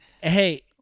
Hey